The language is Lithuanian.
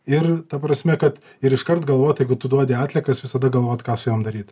ir ta prasme kad ir iškart galvot jeigu tu duodi atliekas visada galvot ką su jom daryt